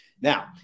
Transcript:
Now